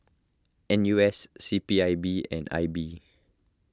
N U S C P I B and I B